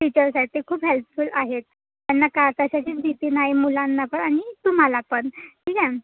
teachers आहेत ते खूप हेल्पफूल आहेत त्यांना का कशाचीच भीती नाही मुलांना पण आणि तुम्हाला पण ठीक आहे